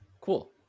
Cool